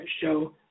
show